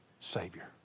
savior